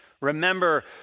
Remember